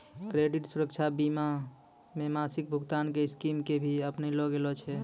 credit सुरक्षा बीमा मे मासिक भुगतान के स्कीम के भी अपनैलो गेल छै